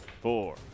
four